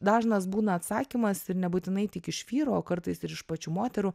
dažnas būna atsakymas ir nebūtinai tik iš vyro o kartais ir iš pačių moterų